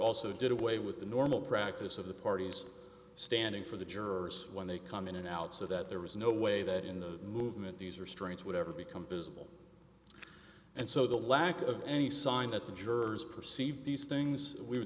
also did away with the normal practice of the parties standing for the jurors when they come in and out so that there was no way that in the movement these are strains would ever become visible and so the lack of any sign that the jurors perceived these things we